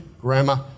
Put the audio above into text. grammar